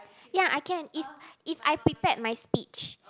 ya I can if if I prepared my speech